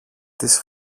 της